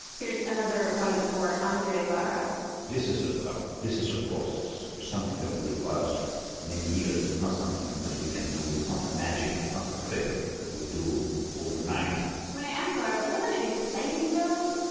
here's another one of the four, andre lara this is a a this is a process. it's something that requires many years. it's not something that we can do. it's not a magic it's not a trick that we do overnight when i asked lara wasn't it exciting, though?